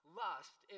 lust